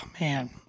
man